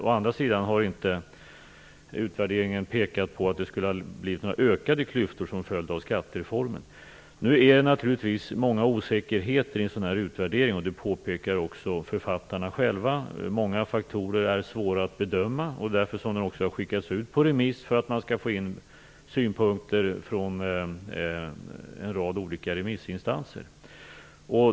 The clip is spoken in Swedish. Å andra sidan har inte utvärderingen pekat på att det skulle ha blivit några ökade klyftor som följd av skattereformen. Det är naturligtvis många osäkerheter i en sådan utvärdering. Det påpekar också författarna själva. Många faktorer är svåra att bedöma. Därför har den också skickats ut på remiss för att man skall få in synpunkter från en rad olika remissinstanser.